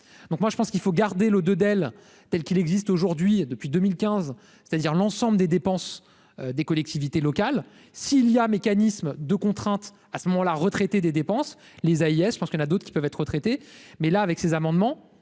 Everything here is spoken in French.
donc moi je pense qu'il faut garder le de Dell telle qu'il existe aujourd'hui et depuis 2015, c'est-à-dire l'ensemble des dépenses des collectivités locales, s'il y a mécanisme de contraintes à ce moment-là, retraité des dépenses les Hayes parce qu'elle a d'autres qui peuvent être retraités mais là, avec ces amendements